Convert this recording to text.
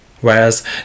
whereas